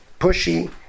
pushy